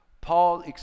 Paul